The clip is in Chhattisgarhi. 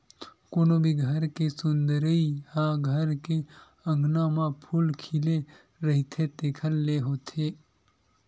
कोनो भी घर के सुंदरई ह घर के अँगना म फूल खिले रहिथे तेखरे ले होथे